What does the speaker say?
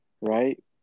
Right